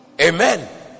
Amen